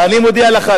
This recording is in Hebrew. ואני מודיע לך,